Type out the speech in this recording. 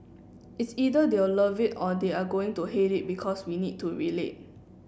it's either they'll love it or they are going to hate it because we need to relate